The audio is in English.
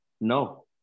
No